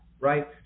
right